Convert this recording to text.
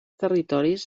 territoris